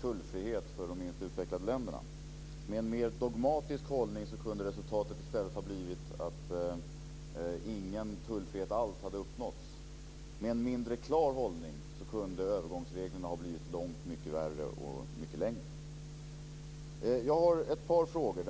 tullfrihet för de minst utvecklade länderna. Med en mer dogmatisk hållning kunde resultatet i stället ha blivit att ingen tullfrihet alls hade uppnåtts. Med en mindre klar hållning kunde övergångsreglerna ha blivit långt mycket värre och mycket mer långvariga. Jag har ett par frågor.